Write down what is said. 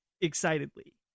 excitedly